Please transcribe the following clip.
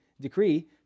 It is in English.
decree